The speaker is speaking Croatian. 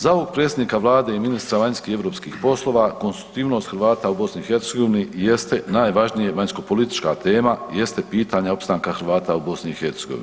Za ovog predsjednika Vlade i ministra vanjskih i europskih poslova konstitutivnost Hrvata u BiH jeste najvažnija vanjskopolitička tema, jeste pitanje opstanka Hrvata u BiH.